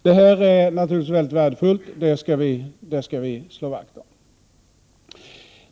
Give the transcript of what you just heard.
Det är naturligtvis värdefullt, och det skall vi slå vakt om.